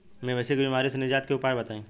मवेशी के बिमारी से निजात के उपाय बताई?